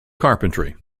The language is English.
carpentry